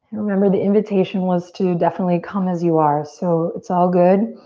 remember the invitation was to definitely come as you are so it's all good.